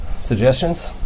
Suggestions